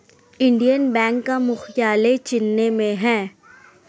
Indian Bank का मुख्यालय चेन्नई में है